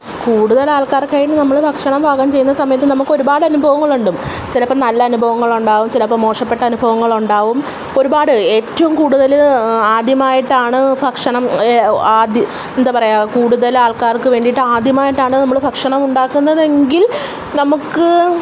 കൂടുതൽ ആൾക്കാർക്കായിട്ട് നമ്മൾ ഭക്ഷണം പാകം ചെയ്യുന്ന സമയത്ത് നമുക്കൊരുപാട് അനുഭവങ്ങളുണ്ട് ചിലപ്പം നല്ല അനുഭവങ്ങൾ ഉണ്ടാകും ചിലപ്പോൾ മോശപ്പെട്ട അനുഭവങ്ങളുണ്ടാവും ഒരുപാട് ഏറ്റോം കൂടുതൽ ആദ്യമായിട്ടാണ് ഭക്ഷണം ആദി എന്താ പറയാ കൂടുതലാൾക്കാർക്ക് വേണ്ടീട്ട് ആദ്യമായിട്ടാണ് നമ്മൾ ഭക്ഷണം ഉണ്ടാക്കുന്നതെങ്കിൽ നമുക്ക്